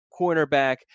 cornerback